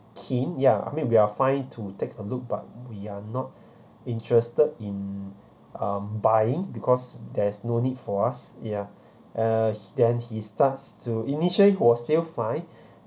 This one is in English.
keen ya I mean we're fine to take a look but we are not interested in um buying because there's no need for us ya uh then he starts to initially was still fine